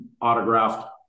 Autographed